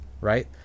Right